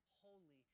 holy